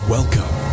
Welcome